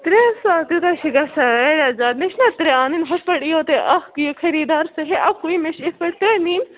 ترٛےٚ ساس تیوٗتاہ چھُ گَژھان ہے زیادٕ مےٚ چھُنَہ ترٛےٚ اَنٕنۍ ہُتھ پٲٹھۍ ییٖیو تُہۍ اَکھ یہِ خٔری دار سُہ ہے اَکُے مےٚ چھُ یِتھ پٲٹھۍ ترٛےٚ نِنۍ